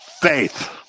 faith